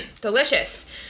delicious